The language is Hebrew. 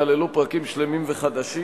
שכללו פרקים שלמים וחדשים,